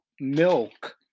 milk